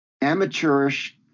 amateurish